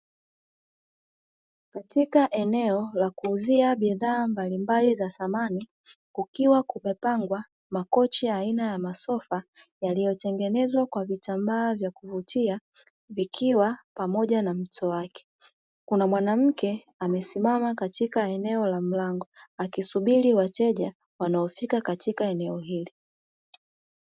Katika eneo la kuuzia bidhaa mbalimbali za samani, kukiwa kumepangwa makochi aina ya masofa yaliyotengenezwa kwa vitambaa vya kuvutia, ikiwa pamoja na mto wake, kuna mwanamke amesimama katika eneo la mlango akisubiri wateja wanaofika katika eneo hili.